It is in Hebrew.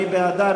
מי בעדה?